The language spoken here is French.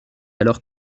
alors